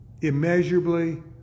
immeasurably